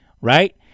right